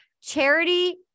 Charity